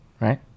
right